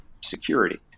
security